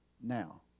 now